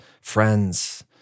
Friends